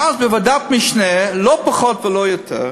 ואז בוועדת משנה, לא פחות ולא יותר,